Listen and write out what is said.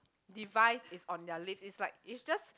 device is on their lips is like is just